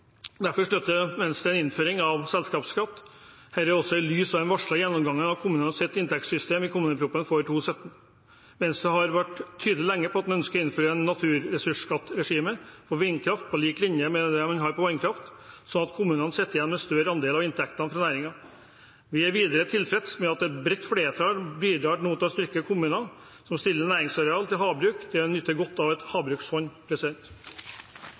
Derfor støtter Venstre en innføring av selskapsskatt. Dette er også i lys av den varslede gjennomgangen av kommunenes inntektssystem i kommuneproposisjonen for 2017. Vi i Venstre har lenge vært tydelig på at vi ønsker å innføre et naturressursskatteregime for vindkraft, på lik linje med det en har på vannkraft, sånn at kommunene sitter igjen med større andel av inntektene fra næringen. Vi er videre tilfreds med at et bredt flertall nå bidrar til å styrke kommunene som stiller næringsareal til havbruk, der en nyter godt av et havbruksfond.